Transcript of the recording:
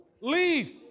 leave